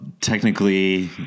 technically